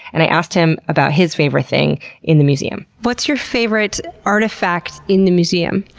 and i asked him about his favorite thing in the museum. what's your favorite artifact in the museum?